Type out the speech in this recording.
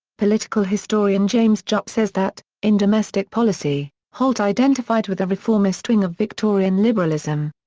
political historian james jupp says that, in domestic policy, holt identified with the reformist wing of victorian liberalism.